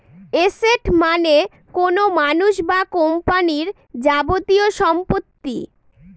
asset মানে কোনো মানুষ বা কোম্পানির যাবতীয় সম্পত্তি